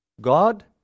God